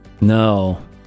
No